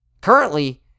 currently